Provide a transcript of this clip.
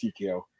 TKO